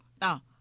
now